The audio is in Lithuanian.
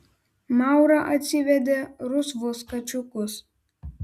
maura atsivedė rusvus kačiukus